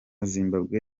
zimbabwe